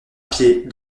pied